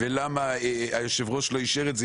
ולמה היושב-ראש לא אישר את זה?